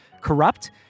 corrupt